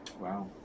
Wow